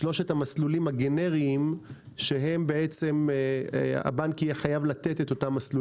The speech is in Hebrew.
הגנריים שהם בעצם הבנק יהיה חייב לתת אותם.